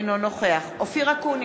אינו נוכח אופיר אקוניס,